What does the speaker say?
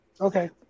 Okay